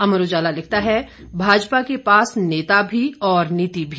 अमर उजाला लिखता है भाजपा के पास नेता भी और नीति भी